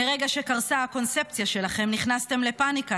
מרגע שקרסה הקונספציה שלכם נכנסתם לפניקה,